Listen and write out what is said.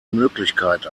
möglichkeit